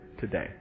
today